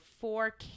four